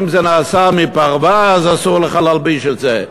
אם זה נעשה מפרווה אסור לך ללבוש את זה,